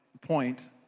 point